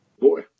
boy